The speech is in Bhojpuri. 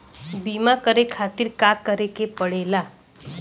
बीमा करे खातिर का करे के पड़ेला?